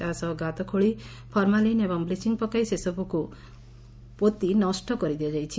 ତା' ସହ ଗାତଖୋଲି ଫର୍ମାଲିନ୍ ଏବଂ ବ୍ଲିଜିଂ ପକାଇ ସେସବୁ କୁକୁଡ଼ାକୁ ପୋତି ନଷ୍ଟ କରି ଦିଆଯାଇଛି